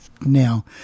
now